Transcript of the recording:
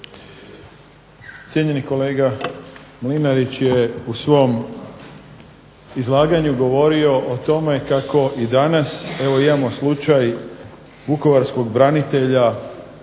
Cijenjeni kolega Mlinarić je u svom izlaganju govorio o tome kako i danas evo imamo slučaj vukovarskog branitelja